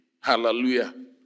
Hallelujah